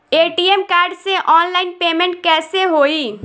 ATM card से online payment कैसे होई?